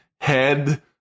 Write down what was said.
head